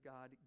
God